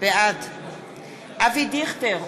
בעד אבי דיכטר,